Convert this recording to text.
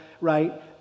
right